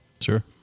Sure